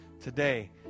today